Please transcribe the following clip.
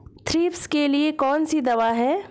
Thrips के लिए कौन सी दवा है?